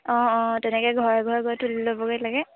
অঁ অঁ তেনেকৈ ঘৰে ঘৰে গৈ তুলি ল'বগৈ লাগে